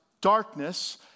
darkness